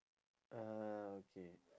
ah okay